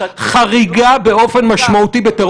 --- זה מסכל פיגועים אולי מהיותר